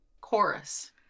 chorus